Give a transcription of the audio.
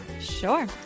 sure